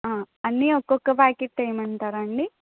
అన్నీ ఒక్కొక్క ప్యాకెట్ వెయ్యమంటారా అండి